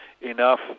enough